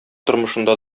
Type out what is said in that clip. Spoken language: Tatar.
тормышында